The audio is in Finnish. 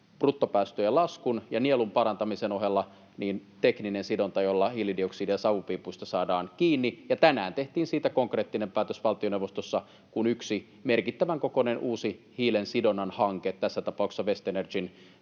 bruttopäästöjen laskun ja nielun parantamisen ohella on tekninen sidonta, jolla hiilidioksidia savupiipuista saadaan kiinni. Tänään tehtiin siitä konkreettinen päätös valtioneuvostossa, kun yksi merkittävän kokoinen uusi hiilensidonnan hanke sai tukipäätöksensä,